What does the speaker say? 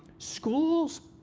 schools,